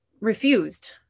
refused